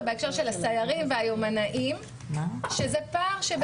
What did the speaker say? בהקשר של הסיירים והיומנאים זה פער.